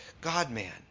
God-man